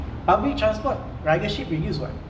public transport ridership reduced what